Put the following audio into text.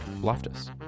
loftus